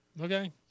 Okay